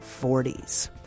40s